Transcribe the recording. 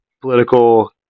political